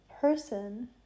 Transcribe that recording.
person